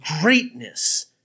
greatness